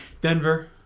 Denver